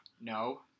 no